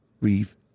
Reeve